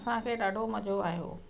असांखे ॾाढो मजो आयो